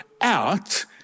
out